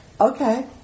okay